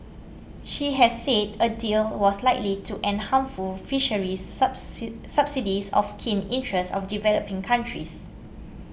she has said a deal was likely to end harmful fisheries subsidies of keen interest of developing countries